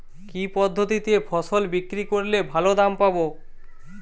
কি পদ্ধতিতে ফসল বিক্রি করলে ভালো দাম পাব?